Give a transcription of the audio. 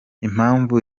impamvu